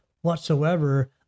whatsoever